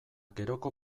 geroko